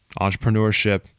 entrepreneurship